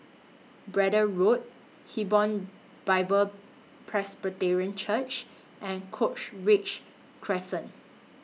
Braddell Road Hebron Bible Presbyterian Church and Cochrane Crescent